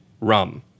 rum